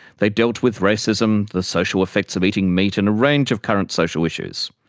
they dealt with racism, the social effects of eating meat and range of current social issues.